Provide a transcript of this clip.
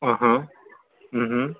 अं हं